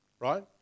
right